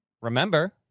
remember